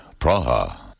Praha